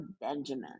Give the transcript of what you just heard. Benjamin